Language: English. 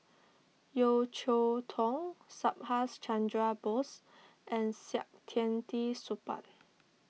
Yeo Cheow Tong Subhas Chandra Bose and Saktiandi Supaat